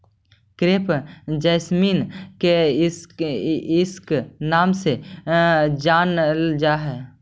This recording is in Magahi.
क्रेप जैसमिन के कईक नाम से जानलजा हइ